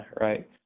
right